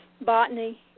botany